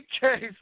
case